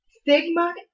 Stigma